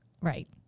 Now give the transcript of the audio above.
Right